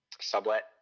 sublet